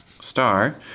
Star